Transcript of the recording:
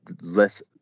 less